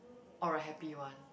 or a happy one